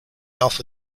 alpha